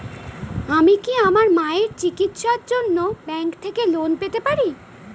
আমি কি আমার মায়ের চিকিত্সায়ের জন্য ব্যঙ্ক থেকে লোন পেতে পারি?